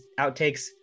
Outtakes